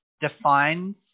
defines